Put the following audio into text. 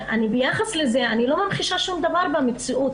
ביחס לזה אני לא מרגישה שום דבר במציאות.